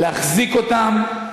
להחזיק אותן,